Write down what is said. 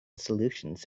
solutions